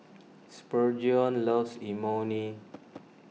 Spurgeon loves Imoni